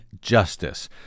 justice